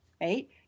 right